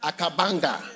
Akabanga